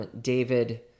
David